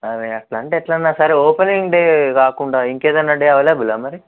అరే అలా అంటే ఎట్ల అన్న సరే ఓపెనింగ్ డే కాకుండా ఇంకా ఏదైన డే అవైలబులా మరి